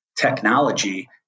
technology